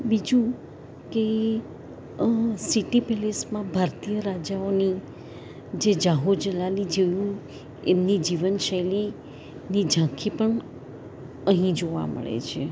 બીજું કે સીટી પેલેસમાં ભારતીય રાજાઓની જે જાહોજલાલી જોઉ એમની જીવન શૈલી ની ઝાંખી પણ અહી જોવા મળે છે